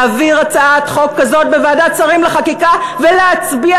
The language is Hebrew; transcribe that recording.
להעביר הצעת חוק כזאת בוועדת שרים לחקיקה ולהצביע,